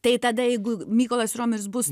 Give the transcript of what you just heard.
tai tada jeigu mykolas riomeris bus